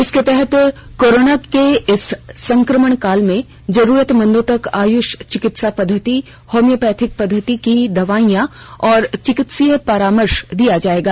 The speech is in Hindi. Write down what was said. इसके तहत कोरोना के इस संक्रमण काल में जरूरतमंदों तक आयुष चिकित्सा पद्धति होम्यिोपैथी पद्धति की दवाईयां और चिकित्सीय परामर्श दिया जाएगा